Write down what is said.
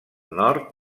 nord